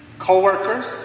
Co-workers